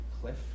Cliff